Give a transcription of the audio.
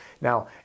Now